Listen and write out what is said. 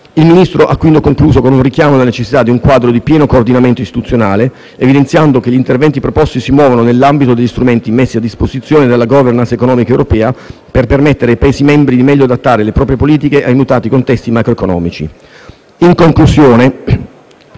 Il Ministro ha quindi concluso con un richiamo alla necessità di un quadro di pieno coordinamento istituzionale, evidenziando che gli interventi proposti si muovono nell'ambito degli strumenti messi a disposizione dalla *governance* economica europea per permettere ai Paesi membri di meglio adattare le proprie politiche ai mutati contesti macroeconomici.